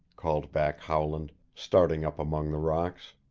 called back howland, starting up among the rocks.